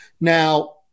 Now